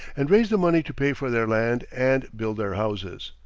and raise the money to pay for their land and build their houses.